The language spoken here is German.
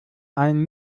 einen